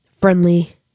friendly